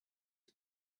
who